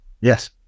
Yes